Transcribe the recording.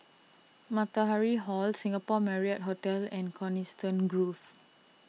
Matahari Hall Singapore Marriott Hotel and Coniston Grove